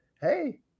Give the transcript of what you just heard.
hey